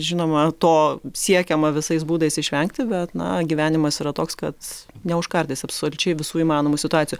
žinoma to siekiama visais būdais išvengti bet na gyvenimas yra toks kad neužkardysi absoliučiai visų įmanomų situacijų